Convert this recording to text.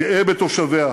גאה בתושביה,